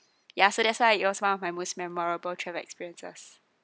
ya so that's why it was one of my most memorable travel experiences